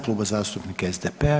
Kluba zastupnika SDP-a.